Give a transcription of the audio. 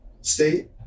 state